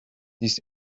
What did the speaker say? this